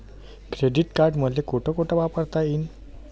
Credit card मले कोठ कोठ वापरता येईन?